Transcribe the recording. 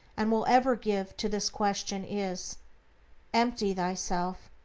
and will ever give to this question is empty thyself,